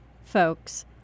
folks